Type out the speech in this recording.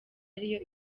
ariyo